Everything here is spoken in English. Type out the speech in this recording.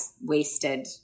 wasted